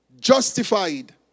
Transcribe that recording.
justified